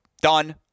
done